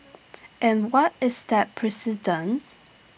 and what is that precedence